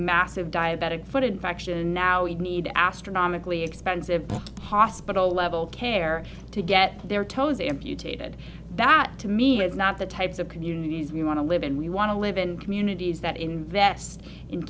massive diabetic foot infection and now you need astronomically expensive hospital level care to get their toes amputated that to me is not the types of communities we want to live in we want to live in communities that invest in